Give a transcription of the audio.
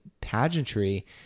pageantry